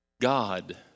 God